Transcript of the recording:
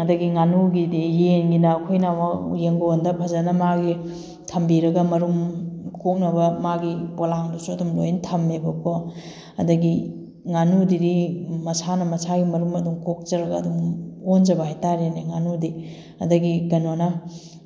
ꯑꯗꯒꯤ ꯉꯥꯅꯨꯒꯤꯗꯤ ꯌꯦꯟꯒꯤꯅ ꯑꯩꯈꯣꯏꯅ ꯑꯃꯨꯛ ꯌꯦꯡꯒꯣꯟꯗ ꯐꯖꯅ ꯃꯥꯒꯤ ꯊꯝꯕꯤꯔꯒ ꯃꯔꯨꯝ ꯀꯣꯛꯅꯕ ꯃꯥꯒꯤ ꯄꯣꯂꯥꯡꯗꯨꯁꯨ ꯑꯗꯨꯝ ꯂꯣꯏ ꯊꯝꯃꯦꯕꯀꯣ ꯑꯗꯒꯤ ꯉꯥꯅꯨꯗꯨꯗꯤ ꯃꯁꯥꯅ ꯃꯁꯥꯒꯤ ꯃꯔꯨꯝ ꯑꯗꯨꯝ ꯀꯣꯛꯆꯔꯒ ꯑꯗꯨꯝ ꯑꯣꯟꯖꯕ ꯍꯥꯏ ꯇꯥꯔꯦꯅꯦ ꯉꯥꯅꯨꯗꯤ ꯑꯗꯒꯤ ꯀꯩꯅꯣꯅ